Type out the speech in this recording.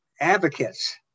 advocates